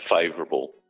favourable